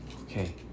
Okay